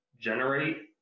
generate